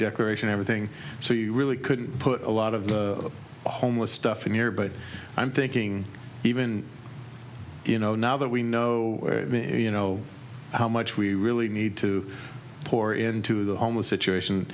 declaration everything so you really could put a lot of the homeless stuff in here but i'm thinking even you know now that we know you know how much we really need to pour into the homeless situation